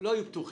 לא היו פתוחים